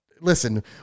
Listen